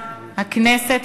הכנסת,